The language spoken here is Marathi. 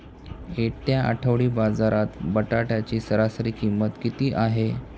येत्या आठवडी बाजारात बटाट्याची सरासरी किंमत किती आहे?